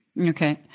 Okay